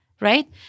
Right